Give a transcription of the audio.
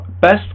best